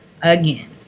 Again